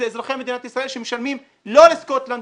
אלה אזרחי מדינת ישראל שמשלמים לא לסקוטלנד